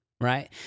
right